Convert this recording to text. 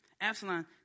Absalom